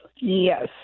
yes